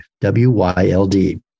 W-Y-L-D